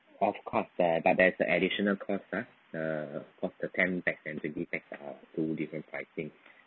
of course but that's the addition cost ah of the ten pax and twenty pax of two different pricing